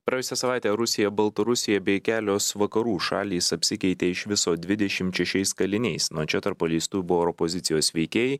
praėjusią savaitę rusija baltarusija bei kelios vakarų šalys apsikeitė iš viso dvidešim šešiais kaliniais nuo čia tarp paleistųjų buvo ir opozicijos veikėjai